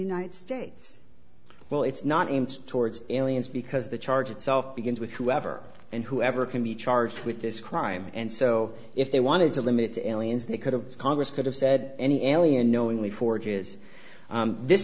united states well it's not aimed towards aliens because the charge itself begins with whoever and whoever can be charged with this crime and so if they wanted to limit it to aliens they could have congress could have said any alley unknowingly forges this